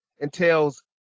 entails